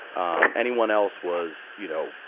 um, anyone else was, you know,